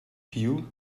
cue